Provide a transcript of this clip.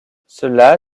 cela